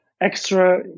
extra